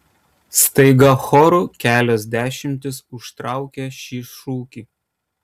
staiga choru kelios dešimtys užtraukia šį šūkį